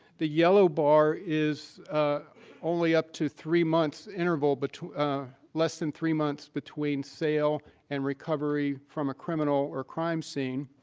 the yellow bar is only up to three months interval but less than three months between sale and recovery from a criminal or crime scene.